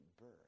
birth